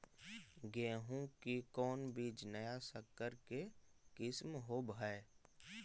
गेहू की कोन बीज नया सकर के किस्म होब हय?